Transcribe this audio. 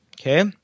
okay